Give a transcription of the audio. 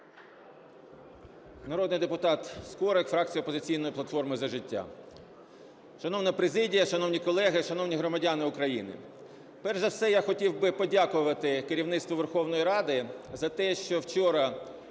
Народний депутат Скорик, фракція "Опозиційна платформа - За життя". Шановна президія, шановні колеги, шановні громадяни України! Перш за все я хотів би подякувати керівництву Верхової Ради за те, що вчора,